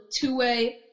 two-way